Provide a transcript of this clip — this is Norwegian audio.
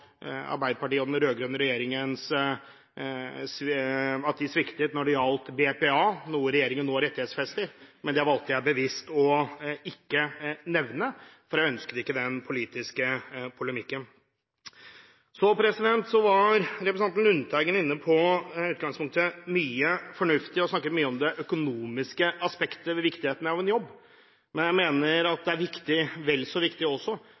Arbeiderpartiet og den rød-grønne regjeringen sviktet når det gjelder brukerstyrt personlig assistanse, BPA, noe regjeringen nå rettighetsfester, men det valgte jeg bevisst ikke å nevne, for jeg ønsket ikke den politiske polemikken. Representanten Lundteigen var inne på mye fornuftig. Han snakket mye om det økonomiske aspektet ved viktigheten av en jobb, men jeg mener at det er vel så viktig